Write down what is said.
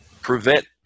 prevent